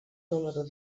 número